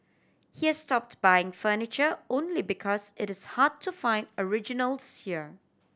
he has stop buying furniture only because it is hard to find originals here